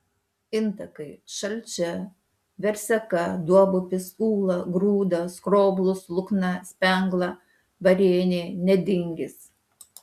intakai šalčia verseka duobupis ūla grūda skroblus lukna spengla varėnė nedingis